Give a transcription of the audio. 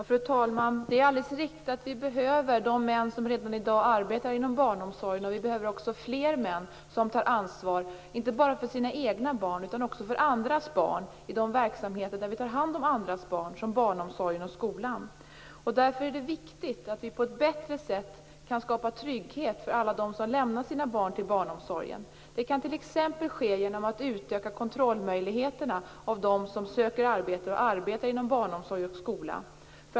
Fru talman! Det är alldeles riktigt att vi behöver alla de män som redan arbetar inom barnomsorgen och vi behöver också fler män som tar ansvar, inte bara för sina egna barn utan också för andras barn i sådana verksamheter där man tar hand om barn, inom barnomsorgen och i skolan. Därför är det viktigt att vi på ett bättre sätt kan skapa trygghet för alla dem som lämnar sina barn till barnomsorgen. Det kan ske t.ex. genom att kontrollmöjligheterna utökas när det gäller de som söker arbete och arbetar inom barnomsorg och skola.